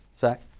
Zach